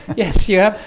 yes. yep,